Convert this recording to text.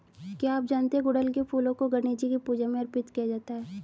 क्या आप जानते है गुड़हल के फूलों को गणेशजी की पूजा में अर्पित किया जाता है?